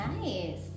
Nice